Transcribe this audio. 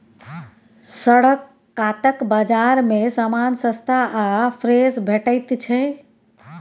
सड़क कातक बजार मे समान सस्ता आ फ्रेश भेटैत छै